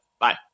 Bye